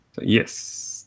yes